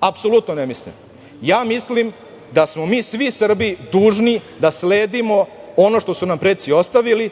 apsolutno ne mislim. Ja mislim da smo mi svi Srbi dužni da sledimo ono što su nam preci ostavili,